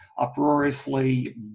uproariously